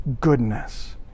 goodness